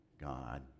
God